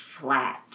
flat